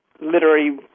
literary